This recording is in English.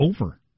over